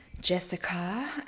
jessica